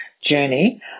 journey